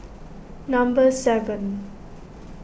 number seven